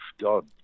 God